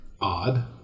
Odd